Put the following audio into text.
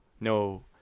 no